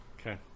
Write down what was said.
Okay